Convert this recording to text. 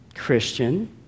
Christian